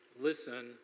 listen